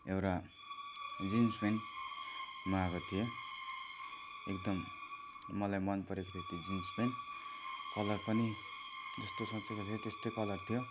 एउटा jeans pant मगाएको थिएँ एकदम मलाई मनपरेको थियो त्यो जिन्स प्यान्ट कलर पनि जस्तो सोचको थियो त्यस्तै कलर थियो